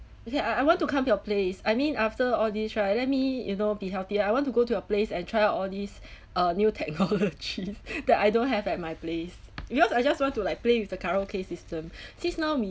okay I I want to come to your place I mean after all these right let me you know be healthier I want to go to your place and try out all these uh new technology that I don't have at my place because I just want to like play with the karaoke system since now we